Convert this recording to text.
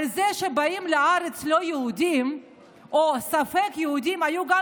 על זה שבאים לארץ לא יהודים או ספק יהודים היו גם